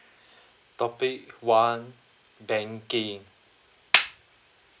topic one banking